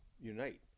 unite